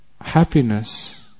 Happiness